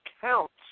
counts